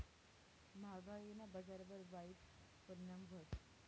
म्हागायीना बजारवर वाईट परिणाम व्हस